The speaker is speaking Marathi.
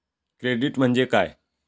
क्रेडिट म्हणजे काय?